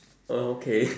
oh okay